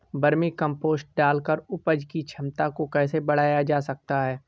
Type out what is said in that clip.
Vermi compost डालकर उपज की क्षमता को कैसे बढ़ाया जा सकता है?